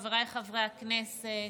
חבריי חברי הכנסת,